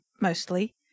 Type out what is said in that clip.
mostly